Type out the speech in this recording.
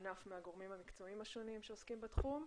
בענף מהגורמים המקצועיים השונים שעוסקים בתחום.